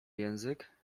język